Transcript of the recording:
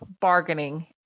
bargaining